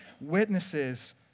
witnesses